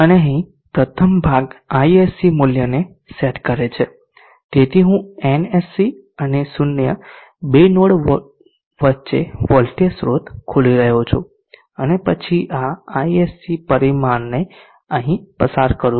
અને અહીં પ્રથમ ભાગ ISC મૂલ્યને સેટ કરે છે તેથી હું NSC અને 0 બે નોડ વચ્ચે વોલ્ટેજ સ્રોત ખોલી રહ્યો છું અને પછી આ ISC પરિમાણને અહીં પસાર કરું છું